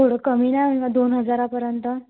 थोडं कमी नाही होणार दोन हजारापर्यंत